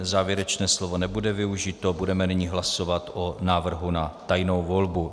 Závěrečné slovo nebude využito, budeme nyní hlasovat o návrhu na tajnou volbu.